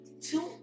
two